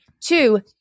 Two